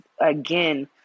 again